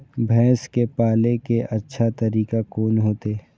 भैंस के पाले के अच्छा तरीका कोन होते?